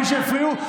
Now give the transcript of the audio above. בלי שיפריעו.